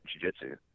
jiu-jitsu